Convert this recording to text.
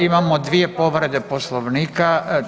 Imamo dvije povrede Poslovnika.